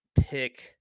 pick